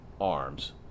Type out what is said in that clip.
arms